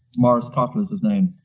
maurice cottle was his name.